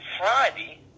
Friday